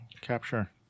capture